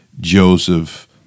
Joseph